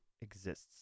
exists